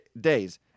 days